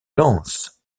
lance